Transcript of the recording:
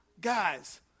Guys